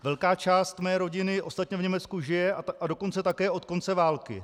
Velká část mé rodiny ostatně v Německu žije, a dokonce také od konce války.